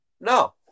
No